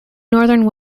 northern